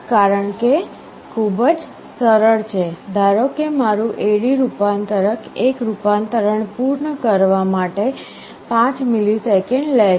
કારણ ખૂબ જ સરળ છે ધારો કે મારું AD રૂપાંતરક એક રૂપાંતરણ પૂર્ણ કરવા માટે 5 મિલિસેકન્ડ લે છે